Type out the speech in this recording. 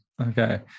Okay